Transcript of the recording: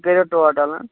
کٔرِو ٹوٚٹل ہاں